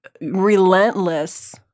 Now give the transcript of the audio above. relentless